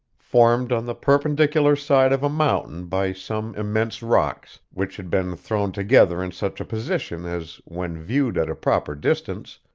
formed on the perpendicular side of a mountain by some immense rocks, which had been thrown together in such a position as, when viewed at a proper distance,